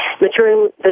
maturing